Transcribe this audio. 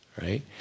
right